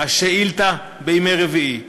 השאילתה בימי רביעי,